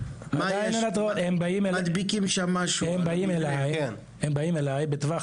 הם באים אליי בטווח,